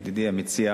ידידי המציע,